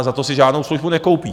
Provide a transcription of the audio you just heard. Za to si žádnou službu nekoupí.